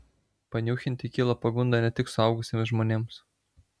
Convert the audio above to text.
paniūchinti kyla pagunda ne tik suaugusiems žmonėms